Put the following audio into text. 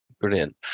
brilliant